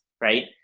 right